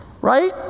right